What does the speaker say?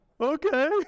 Okay